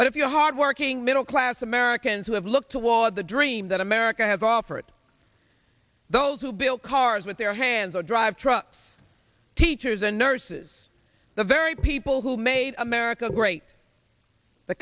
but if you hard working middle class americans who have looked toward the dream that america has offered those who build cars with their hands will drive trucks teachers and nurses the very people who made america great the